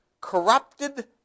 corrupted